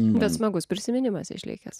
bet smagus prisiminimas išlikęs